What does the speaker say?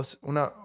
una